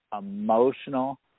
emotional